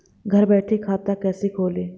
घर बैठे खाता कैसे खोलें?